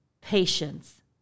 patience